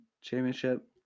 championship